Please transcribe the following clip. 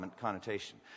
connotation